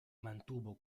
mantuvo